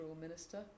minister